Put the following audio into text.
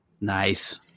Nice